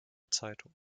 zeitung